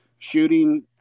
shooting